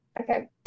Okay